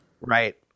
Right